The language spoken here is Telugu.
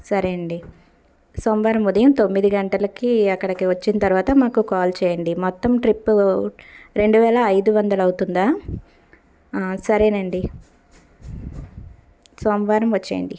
సరే అండి సోమవారం ఉదయం తొమ్మిది గంటలకి అక్కడ వచ్చిన తర్వాత మాకు కాల్ చేయండి మొత్తం ట్రిప్ రెండు వేల ఐదు వందలు అవుతుందా సరే నండీ సోమవారం వచ్చేయండి